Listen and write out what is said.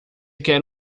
quer